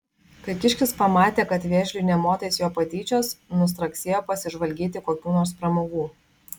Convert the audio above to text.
kai kiškis pamatė kad vėžliui nė motais jo patyčios nustraksėjo pasižvalgyti kokių nors pramogų